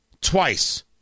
twice